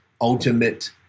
ultimate